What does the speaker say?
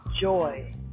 joy